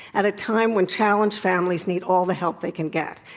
at a time when challenged families need all the help they can get.